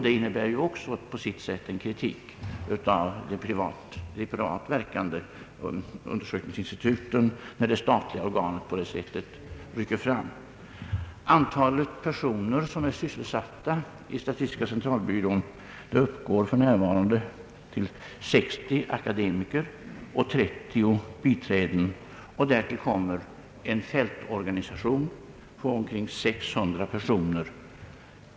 Det innebär ju också på sitt sätt en kritik av de privatverkande undersökningsinstituten när det statliga institutet på detta sätt rycker fram. Antalet personer som är sysselsatta hos statistiska centralbyrån är för närvarande 60 akademiker och 30 biträden. Därtill kommer en fältorganisation på omkring 600 personer.